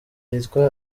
yitwa